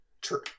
True